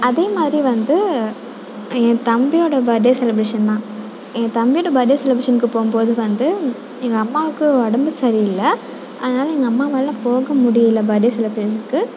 அதே மாதிரி வந்து என் தம்பியோட பர்த் டே செலப்ரேஷன் தான் என் தம்பியோட பர்த் டே செலப்ரேஷனுக்கு போகும்போது வந்து எங்கள் அம்மாவுக்கு உடம்பு சரியில்லை அதனால் எங்கள் அம்மாவால் போக முடியல பர்த் டே செலப்ரேஷனுக்கு